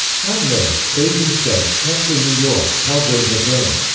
houndmills, basingstoke, hampshire new york palgrave macmillan.